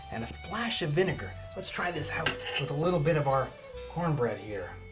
and a splash of vinegar. let's try this out with a little bit of our cornbread here.